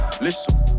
listen